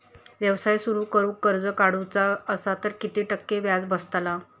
व्यवसाय सुरु करूक कर्ज काढूचा असा तर किती टक्के व्याज बसतला?